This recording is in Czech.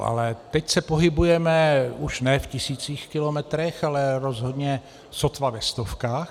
Ale teď se pohybujeme už ne v tisících kilometrů, ale rozhodně sotva ve stovkách.